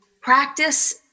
practice